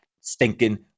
stinking